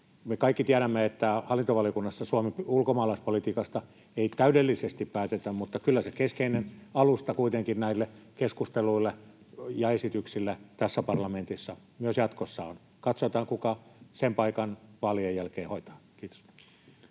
Me kaikki tiedämme, että hallintovaliokunnassa Suomen ulkomaalaispolitiikasta ei täydellisesti päätetä, mutta kyllä se keskeinen alusta kuitenkin näille keskusteluille ja esityksille tässä parlamentissa myös jatkossa on. Katsotaan, kuka sen paikan vaalien jälkeen hoitaa. — Kiitos.